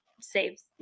saves